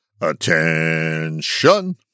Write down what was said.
attention